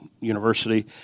University